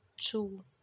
two